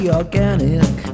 organic